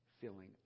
feeling